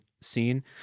scene